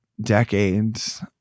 decades